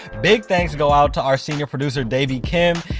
big thanks go out to our senior producer davey kim,